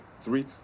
Three